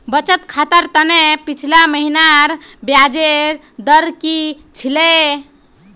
बचत खातर त न पिछला महिनार ब्याजेर दर की छिले